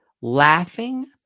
laughing